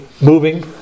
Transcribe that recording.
moving